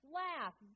laugh